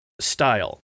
style